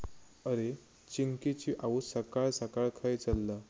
अरे, चिंकिची आऊस सकाळ सकाळ खंय चल्लं?